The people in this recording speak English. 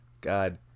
God